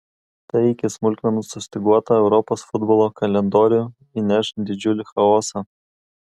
tai į iki smulkmenų sustyguotą europos futbolo kalendorių įneš didžiulį chaosą